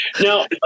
Now